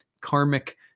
karmic